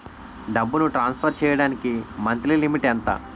డబ్బును ట్రాన్సఫర్ చేయడానికి monthly limit ఎంత?